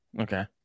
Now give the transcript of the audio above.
Okay